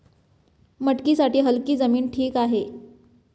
मटकीसाठी हलकी जमीन ठीक आहे